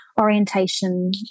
orientation